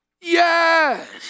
Yes